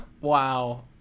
Wow